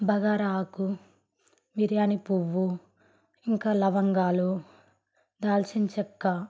బగారా ఆకు బిర్యానీ పువ్వు ఇంక లవంగాలు దాల్చిన చెక్క